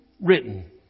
written